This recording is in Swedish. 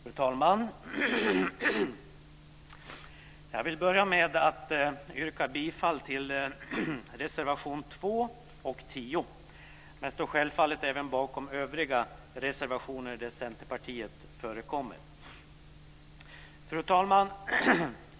Fru talman! Jag vill börja med att yrka bifall till reservationerna 2 och 10, men jag står självfallet även bakom övriga reservationer där Centerpartister finns med. Fru talman!